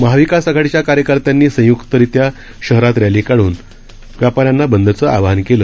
महाविकासआघाडीच्याकार्यकर्त्यांनीसंयुक्तरीत्याशहरातरॅलीकाढूनव्यापाऱ्यांनाबंदचंआवाहनकेले